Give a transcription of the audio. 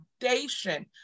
foundation